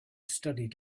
studied